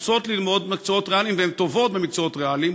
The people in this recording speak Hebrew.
רוצות ללמוד מקצועות ריאליים והן טובות במקצועות ריאליים,